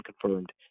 confirmed